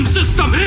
system